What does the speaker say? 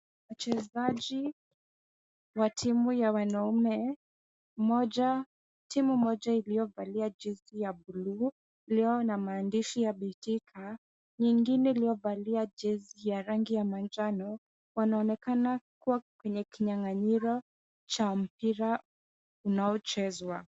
Mchezaji wa timu ya wanaume, timu moja iliyovalia jezi ya blue iliyo na maandishi ya betika nyingine iliyovalia jezi ya rangi manjano wanaonekana kuwa kwenye kinyang'anyiro cha mpira unaochezwa.